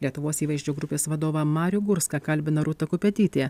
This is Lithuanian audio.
lietuvos įvaizdžio grupės vadovą marių gurską kalbina rūta kupetytė